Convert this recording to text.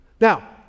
Now